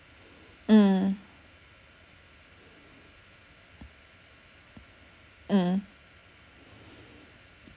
mm mm